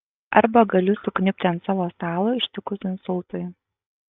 arba galiu sukniubti ant savo stalo ištikus insultui